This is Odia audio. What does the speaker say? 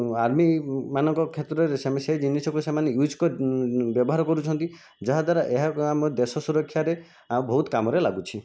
ଆର୍ମି ମାନଙ୍କ କ୍ଷେତ୍ରରେ ସେ ଜିନିଷକୁ ସେମାନେ ୟୁଜ ବ୍ୟବହାର କରୁଛନ୍ତି ଯାହାଦ୍ୱାରା ଏହା ଏକ ଆମ ଦେଶ ସୁରକ୍ଷାରେ ଆଉ ବହୁତ କାମରେ ଲାଗୁଛି